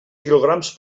quilograms